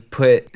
put